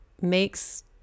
makes